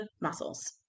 muscles